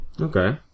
Okay